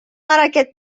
аракет